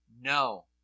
No